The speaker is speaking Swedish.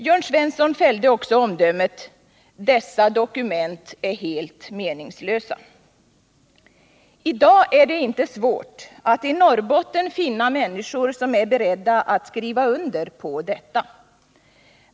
Jörn Svensson fällde också omdömet: ”Dessa dokument är helt meningslösa.” I dag är det inte svårt att i Norrbotten finna människor som är beredda att skriva under på detta.